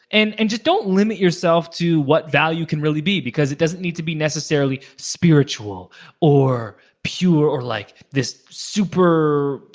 and and just don't limit yourself to what value can really be, because it doesn't need to be necessarily spiritual or pure or like this super,